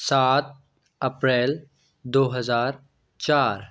सात अप्रैल दो हजार चार